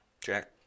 jack